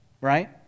Right